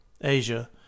Asia